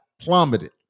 plummeted